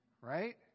right